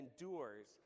endures